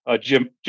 Jim